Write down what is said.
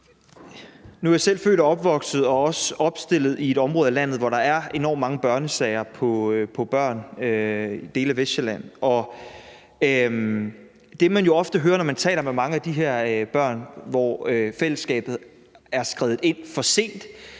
Nu er jeg selv født og opvokset og også opstillet i et område af landet, hvor der er enormt mange børnesager, nemlig dele af Vestsjælland. Det, man ofte hører, når man taler med mange af de her børn, hvor fællesskabet er skredet ind for sent,